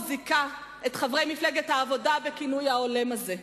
זיכה את מפלגת העבודה בכינוי ההולם הזה: